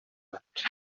wept